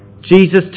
Jesus